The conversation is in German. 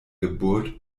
geburt